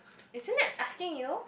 is it I'm asking you